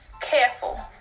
careful